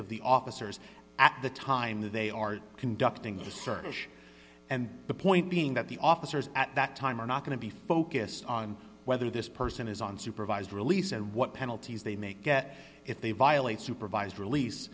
of the officers at the time that they are conducting the search and the point being that the officers at that time are not going to be focused on whether this person is on supervised release and what penalties they may get if they violate supervised release